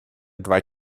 два